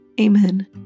Amen